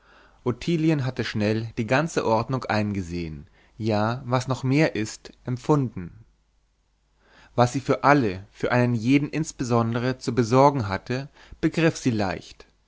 ottilie hatte schnell die ganze ordnung eingesehen ja was noch mehr ist empfunden was sie für alle für einen jeden insbesondre zu besorgen hatte begriff sie leicht